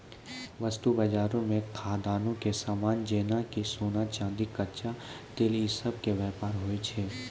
वस्तु बजारो मे खदानो के समान जेना कि सोना, चांदी, कच्चा तेल इ सभ के व्यापार होय छै